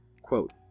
Quote